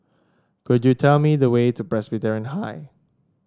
could you tell me the way to Presbyterian High